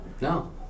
no